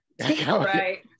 Right